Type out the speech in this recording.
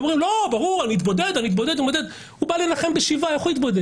הוא בא לנחם בשבעה, איך הוא יתבודד?